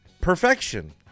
perfection